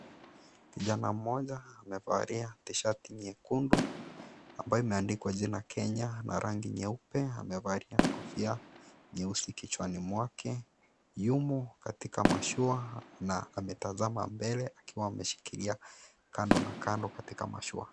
Kijana mmoja amevalia Tshirt nyekundu ambayo imeandikwa jina Kenya na rangi nyeupe, amevalia kofia nyeusi kichwani mwake, yumo katika mashua na ametazama mbele akiwa ameshikilia kando na kando katika mashua.